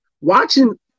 Watching